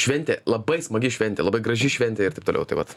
šventė labai smagi šventė labai graži šventė ir taip toliau tai vat